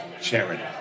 charity